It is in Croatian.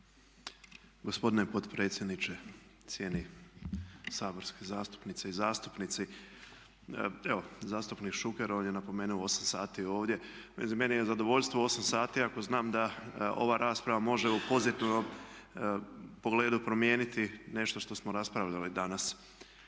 Gospodine potpredsjedniče, cijenjeni saborske zastupnice i zastupnici evo zastupnik Šuker on je napomenuo 8 sati ovdje, meni je zadovoljstvo 8 sati ako znam da ova rasprava može u pozitivnom pogledu promijeniti nešto što smo raspravljali danas.